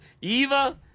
Eva –